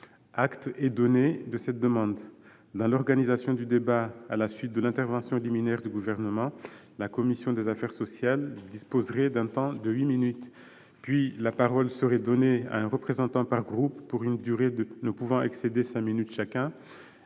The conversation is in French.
Acte est donné de cette demande. Dans l'organisation du débat, à la suite de l'intervention liminaire du Gouvernement, la commission des affaires sociales disposerait d'un temps de huit minutes ; puis, la parole serait donnée à un représentant par groupe pour une durée ne pouvant excéder cinq minutes chacun,